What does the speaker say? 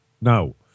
no